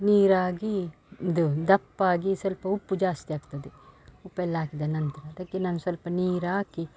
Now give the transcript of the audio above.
ನೀರಾಗಿ ಇದು ದಪ್ಪಾಗಿ ಸ್ವಲ್ಪ ಉಪ್ಪು ಜಾಸ್ತಿ ಆಗ್ತದೆ ಉಪ್ಪೆಲ್ಲ ಹಾಕಿದ ನಂತರ ಅದಕ್ಕೆ ನಾನು ಸ್ವಲ್ಪ ನೀರ್ಹಾಕಿ